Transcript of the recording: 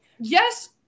yes